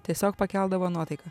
tiesiog pakeldavo nuotaiką